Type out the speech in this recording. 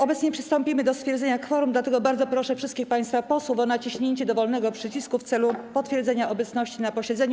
Obecnie przystąpimy do stwierdzenia kworum, dlatego bardzo proszę wszystkich państwa posłów o naciśnięcie dowolnego przycisku w celu potwierdzenia obecności na posiedzeniu.